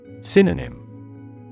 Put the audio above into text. Synonym